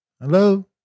Hello